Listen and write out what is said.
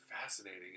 fascinating